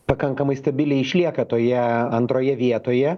pakankamai stabiliai išlieka toje antroje vietoje